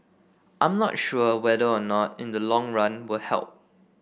I'm not sure whether or not in the long run will help